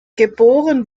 geboren